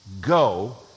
Go